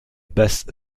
best